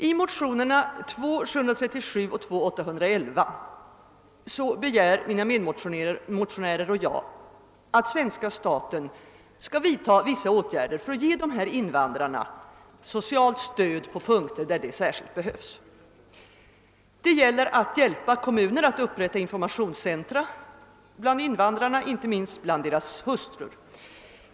I motionerna II: 737 och II: 811 begär mina medmotionärer och jag, att svenska staten skall vidta vissa åtgärder för att ge dessa invandrare socialt stöd på punkter där det särskilt behövs. Det gäller att hjälpa kommuner att upprätta informationscentra och andra verksamheter bland invandrarna, inte minst bland deras hustrur.